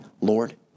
Lord